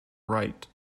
wright